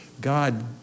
God